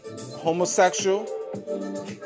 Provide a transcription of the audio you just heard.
homosexual